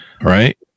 right